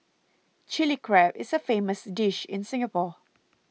Chilli Crab is a famous dish in Singapore